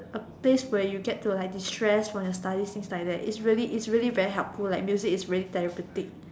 A place where you get to like distress from your studies things like that it's really it's really very helpful like music is really therapeutic